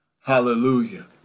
Hallelujah